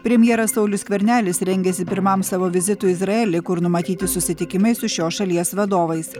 premjeras saulius skvernelis rengiasi pirmam savo vizitui izraely kur numatyti susitikimai su šios šalies vadovais